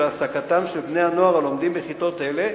העסקתם של בני-הנוער הלומדים בכיתות אלה,